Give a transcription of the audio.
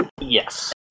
Yes